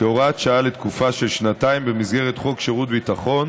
כהוראת שעה לתקופה של שנתיים במסגרת חוק שירות ביטחון